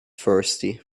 thirsty